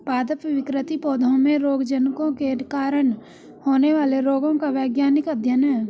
पादप विकृति पौधों में रोगजनकों के कारण होने वाले रोगों का वैज्ञानिक अध्ययन है